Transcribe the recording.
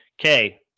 Okay